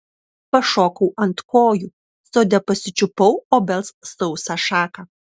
pašokau ant kojų sode pasičiupau obels sausą šaką